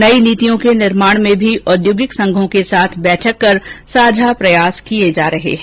नई नीतियों के निर्माण में भी औद्योगिक संघों के साथ बैठकें कर साझा प्रयास किए जा रहे हैं